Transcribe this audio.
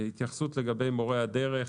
התייחסות לגבי מורי הדרך: